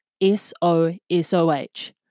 S-O-S-O-H